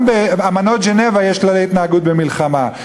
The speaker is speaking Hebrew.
גם באמנות ז'נבה יש כללי התנהגות במלחמה.